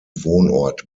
wohnort